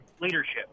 leadership